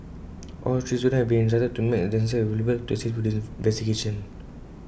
all three students have been instructed to make themselves available to assist with the investigation